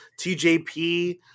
TJP